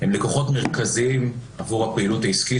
הן לקוחות מרכזיים עבור הפעילות העסקית